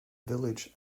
village